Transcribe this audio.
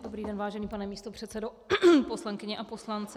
Dobrý den, vážený pane místopředsedo, poslankyně a poslanci.